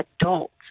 adults